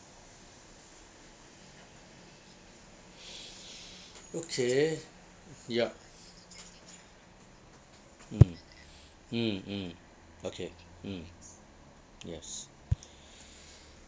okay yup mm mm mm okay mm yes